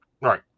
Right